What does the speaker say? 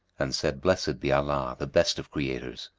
and said, blessed be allah, the best of creators!